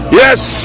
yes